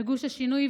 מגוש השינוי,